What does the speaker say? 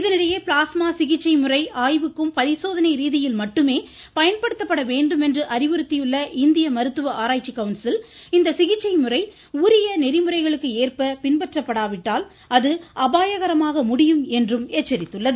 இதனிடையே பிளாஸ்மா சிகிச்சை முறை ஆய்வுக்கும் பரிசோதனை ரீதியில் மட்டுமே பயன்படுத்தப்பட வேண்டும் என்று அறிவுறுத்தியுள்ள இந்திய மருத்துவ ஆராய்ச்சி கவுன்சில் இந்த சிகிச்சை முறை உரிய நெறிமுறைகளுக்கு ஏற்ப பின்பற்றப்படாவிட்டால் அது அபாயகரமாக முடியும் என்றும் அது எச்சரித்துள்ளது